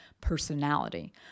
personality